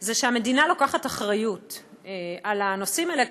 זה שהמדינה לוקחת אחריות על הנושאים האלה,